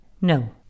No